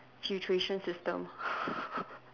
filtration system